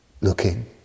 looking